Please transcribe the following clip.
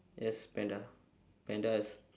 yes panda panda is